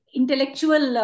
intellectual